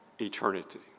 eternity